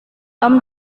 tom